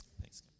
Thanks